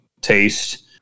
taste